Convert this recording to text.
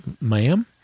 ma'am